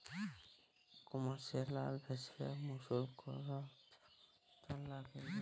commercial লল বেশিরভাগ মালুস কল ব্যবসা ক্যরার ল্যাগে লেই